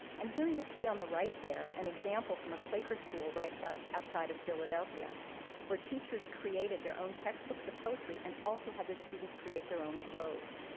and here you'll see on the right there an example from a quaker school right outside of philadelphia where teachers created their own textbooks of poetry and also had their students create their own globes.